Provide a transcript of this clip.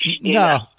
No